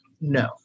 No